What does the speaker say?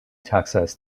taksas